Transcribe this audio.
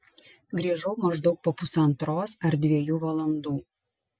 grįžau maždaug po pusantros ar dviejų valandų